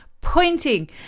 pointing